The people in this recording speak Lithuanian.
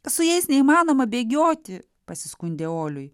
su jais neįmanoma bėgioti pasiskundė oliui